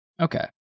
Okay